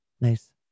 Nice